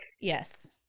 Yes